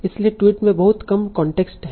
इसलिए ट्वीट में बहुत कम कांटेक्स्ट हैं